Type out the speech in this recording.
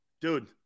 Dude